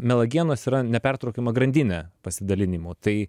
melagienos yra nepertraukiama grandinė pasidalinimų tai